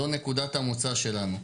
זו נקודת המוצא שלנו.